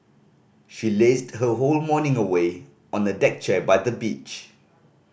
she lazed her whole morning away on a deck chair by the beach